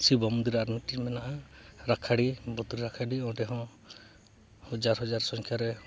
ᱥᱤᱵᱚ ᱢᱚᱱᱫᱤᱨ ᱟᱨ ᱢᱤᱫᱴᱤᱡ ᱢᱮᱱᱟᱜᱼᱟ ᱨᱟᱠᱷᱟᱰᱤ ᱚᱸᱰᱮᱦᱚᱸ ᱦᱟᱡᱟᱨ ᱦᱟᱡᱟᱨ ᱥᱚᱝᱠᱷᱟ ᱨᱮ